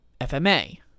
FMA